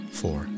four